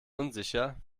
unsicher